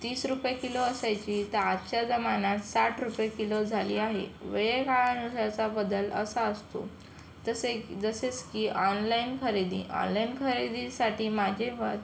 तीस रुपये किलो असायची तर आजच्या जमान्यात साठ रुपये किलो झाली आहे वेळकाळ जसा बदल असा असतो तसे जसेच की ऑनलाईन खरेदी ऑनलाईन खरेदीसाठी माझे मत